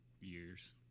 years